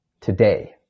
today